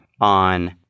on